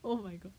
oh my god